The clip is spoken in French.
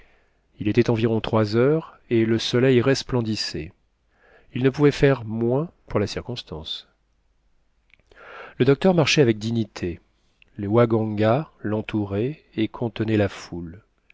il était environ trois heures et le soleil resplendissait il ne pouvait faire moins pour la circonstance le docteur marchait avec dignité les waganga l'entouraient et contenaient la foule